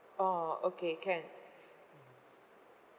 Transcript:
orh okay can